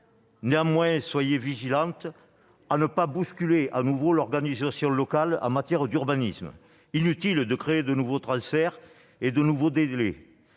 néanmoins, prenez garde à ne pas bousculer, une fois encore, l'organisation locale en matière d'urbanisme : inutile de créer de nouveaux transferts et de nouveaux délais